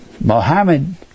Mohammed